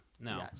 No